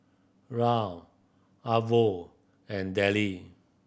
Rahn Arvo and Dellie